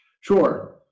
sure